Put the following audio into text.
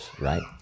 right